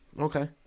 Okay